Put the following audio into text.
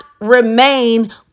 remain